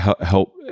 help